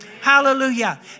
Hallelujah